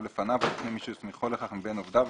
לפניו או לפני מי שהוא הסמיכו לכך מבין עובדיו,